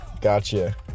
Gotcha